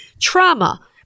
Trauma